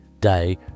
day